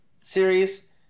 series